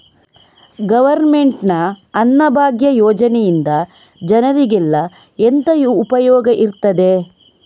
Government ನ ಅನ್ನಭಾಗ್ಯ ಯೋಜನೆಯಿಂದ ಜನರಿಗೆಲ್ಲ ಎಂತ ಉಪಯೋಗ ಇರ್ತದೆ?